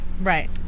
Right